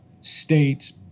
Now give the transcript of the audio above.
states